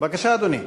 בבקשה, אדוני,